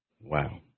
wow